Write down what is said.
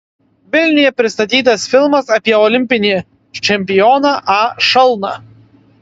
vilniuje pristatytas filmas apie olimpinį čempioną a šalną